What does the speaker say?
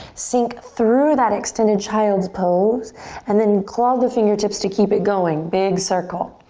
sink through that extended child's pose and then claw the fingertips to keep it going, big circle.